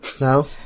no